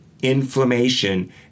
inflammation